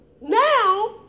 Now